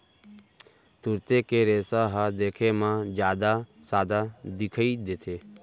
तुरते के रेसा ह देखे म जादा सादा दिखई देथे